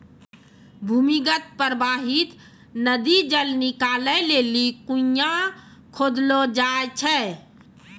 भूमीगत परबाहित नदी जल निकालै लेलि कुण्यां खोदलो जाय छै